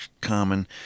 common